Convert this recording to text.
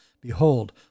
Behold